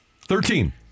Thirteen